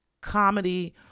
comedy